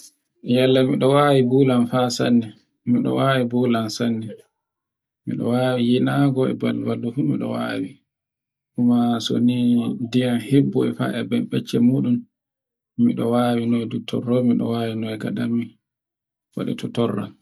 Ya Allah am miɗo wawi bulam hasani, naa ngol waiwaini fuu mi wawi kuma so ni diyam hebboi ma e becce mu ɗum miɗo wawi noi to torro miɗo wawi noi ka dammi waɗi to torran